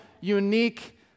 unique